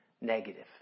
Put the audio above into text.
negative